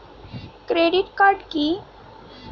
Credit card কি?